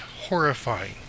horrifying